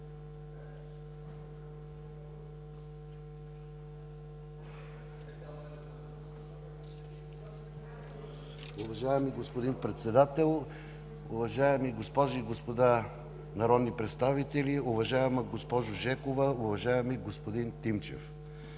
Уважаеми господин Председател, уважаеми госпожи и господа народни представители, уважаема госпожо Клисурска, уважаеми господин Тимчев!